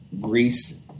Greece